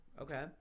Okay